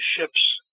ships